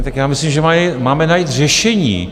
Tak já myslím, že máme najít řešení.